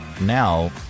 Now